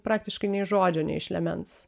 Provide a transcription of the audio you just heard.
praktiškai nei žodžio neišlemens